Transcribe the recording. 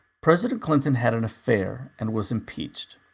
president clinton had an affair, and was impeached.